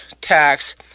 tax